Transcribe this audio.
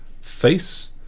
face